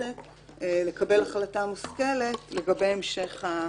לכנסת לקבל החלטה מושכלת לגבי המשך ההסדר.